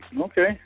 Okay